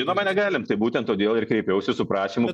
žinoma negalim tai būtent todėl ir kreipiausi su prašymu